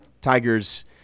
Tiger's